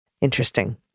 Interesting